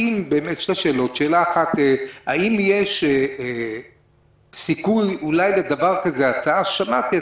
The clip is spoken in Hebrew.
שתי שאלות: 1. האם יש סיכוי לדבר כזה ההצעה ששמעתי,